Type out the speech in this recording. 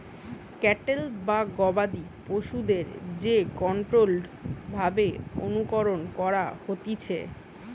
cattle বা গবাদি পশুদের যে কন্ট্রোল্ড ভাবে অনুকরণ করা হতিছে